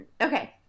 Okay